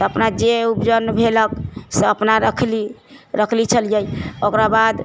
तऽ अपना जे उपजन भेल से अपना रखली रखली छलियै ओकरा बाद